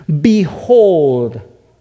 Behold